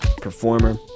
performer